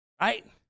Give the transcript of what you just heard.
Right